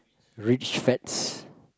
rich fats